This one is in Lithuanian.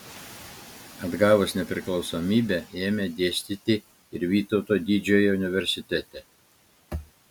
atgavus nepriklausomybę ėmė dėstyti ir vytauto didžiojo universitete